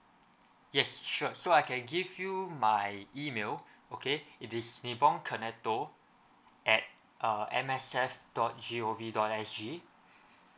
yes sure so I can give you my email okay it is at M S F dot G_O_V dot S_G